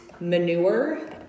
manure